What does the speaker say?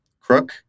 Crook